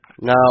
Now